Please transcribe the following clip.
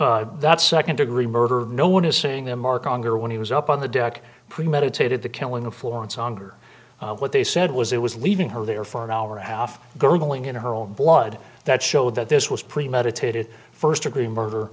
jury that second degree murder no missing the mark on her when he was up on the deck premeditated the killing of florence on her what they said was it was leaving her there for an hour a half gurgling in her own blood that show that this was premeditated first degree murder